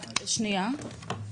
שניה,